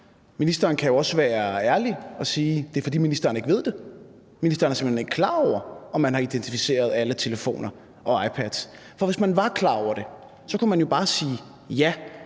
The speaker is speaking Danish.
Ministeren kan jo også være ærlig og sige, at det er, fordi ministeren ikke ved det. Ministeren er simpelt hen ikke klar over, om man har identificeret alle telefoner og iPads. For hvis man var klar over det, så kunne man jo bare sige: Ja,